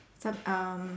some um